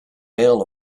male